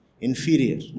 inferior